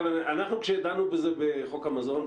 כאשר אנחנו דנו בזה בחוק המזון,